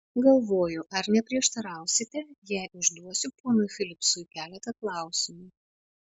galvoju ar neprieštarausite jei užduosiu ponui filipsui keletą klausimų